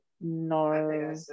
No